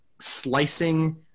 slicing